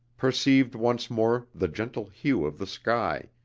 perceived once more the gentle hue of the sky,